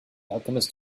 alchemist